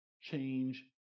Change